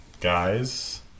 guys